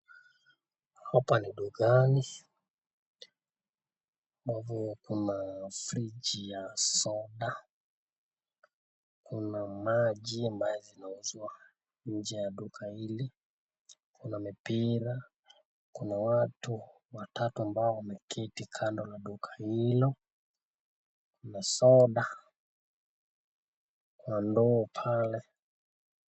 Hapa ni dukani kuna frigi ya soda kuna maji ambaye zinauzwa nje ya duka hili na mipira. Kuna watu ambao wameketi kando ya duka hilo na soda , na ndoo pale.